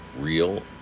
real